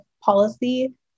policy